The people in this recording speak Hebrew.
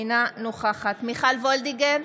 אינה נוכחת מיכל וולדיגר,